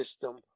system